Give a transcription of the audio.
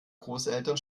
großeltern